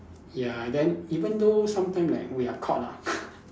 ya then even though sometime like we are caught ah